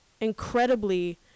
incredibly